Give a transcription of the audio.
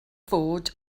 fod